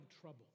trouble